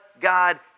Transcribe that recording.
God